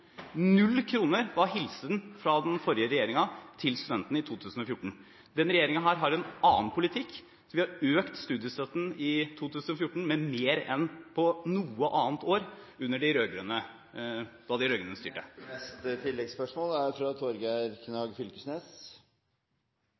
null kroner var hilsenen fra den forrige regjeringen til studentene i 2014. Denne regjeringen har en annen politikk – vi har økt studiestøtten i 2014 med mer enn i noe annet år da de rød-grønne styrte. Torgeir Knag Fylkesnes – til oppfølgingsspørsmål. Verken kunnskapsministeren eller denne representanten er